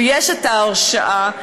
ויש הרשעה,